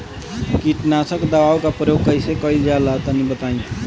कीटनाशक दवाओं का प्रयोग कईसे कइल जा ला तनि बताई?